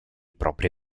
propri